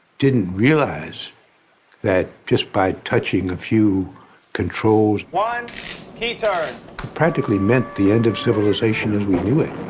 didn't realize that just by touching a few controls. one key turn. it practically meant the end of civilization as we knew it.